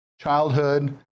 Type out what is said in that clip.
Childhood